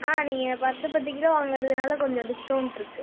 ஆ நீங்கள் பத்து பத்து கிலோ வாங்கறதுனால கொஞ்சம் டிஸ்கௌண்ட் இருக்கு